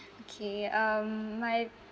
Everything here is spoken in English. okay um my